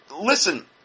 listen